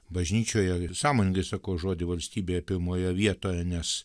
bažnyčioje sąmoningai sakau žodį valstybė pirmoje vietoje nes